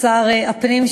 שר הפנים,